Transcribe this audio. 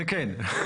זה כן.